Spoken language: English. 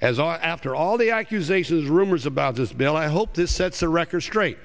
as are after all the accusations rumors about this bill i hope this sets the record straight